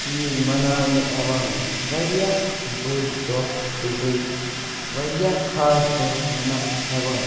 چیز مناونہٕ یِوان واریاہ بٔڑ دۄہ تہٕ بیٚیہِ واریاہ خاص دۄہ مناونہٕ یِوان